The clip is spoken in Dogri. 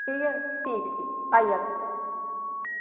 ठीक ऐ ठीक ठीक आई जाह्गे